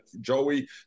Joey